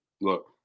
Look